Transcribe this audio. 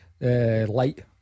Light